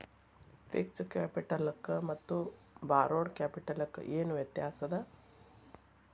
Fixed ಕ್ಯಾಪಿಟಲಕ್ಕ ಮತ್ತ borrowed ಕ್ಯಾಪಿಟಲಕ್ಕ ಏನ್ ವ್ಯತ್ಯಾಸದ?